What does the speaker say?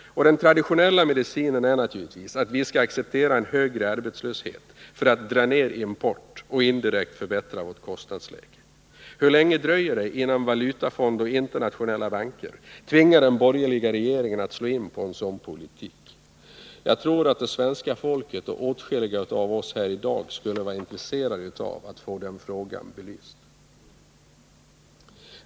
Den traditionella medicinen är naturligtvis att vi skall acceptera en högre arbetslöshet för att dra ned import och indirekt förbättra vårt kostnadsläge. Hur länge dröjer det innan Valutafond och internationella banker tvingar den borgerliga regeringen att slå in på en sådan politik? Jag tror att det svenska folket och åtskilliga av oss här i dag skulle vara intresserade av att få den frågan belyst.